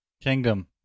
Kingdom